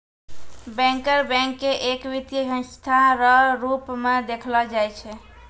banker bank के एक वित्तीय संस्था रो रूप मे देखलो जाय छै